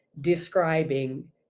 describing